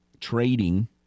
trading